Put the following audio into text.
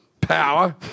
power